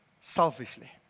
selfishly